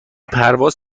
پرواز